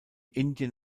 indien